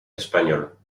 espagnols